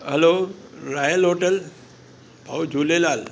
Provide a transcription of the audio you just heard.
हलो royal hotel भाउ झूलेलाल